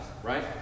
Right